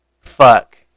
fuck